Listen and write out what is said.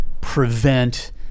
prevent